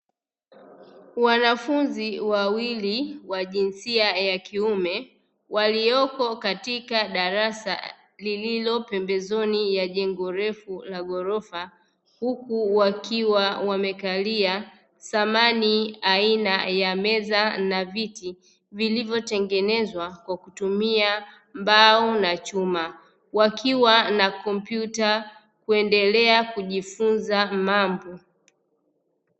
Wanafunzi wawili wa jinsia ya kiume waliopo katika darasa lililo pembezoni ya jengo refu la ghorofa, huku wakiwa wamekalia thamani aina ya meza na viti, vilivyotengenezwa kwa kutumia mbao na chuma, wakiwa na kompyuta kuendelea kujifunza mambo.